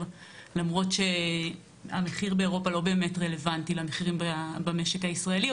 למרות שהמחיר באירופה לא באמת רלוונטי למחירים במשק הישראלי,